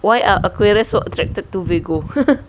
why are aquarius so attracted to virgo